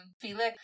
Felix